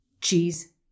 cheese